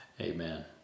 amen